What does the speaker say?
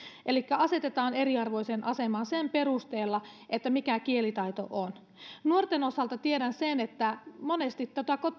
elikkä asetetaan eriarvoiseen asemaan sen perusteella mikä kielitaito on nuorten osalta tiedän sen että monesti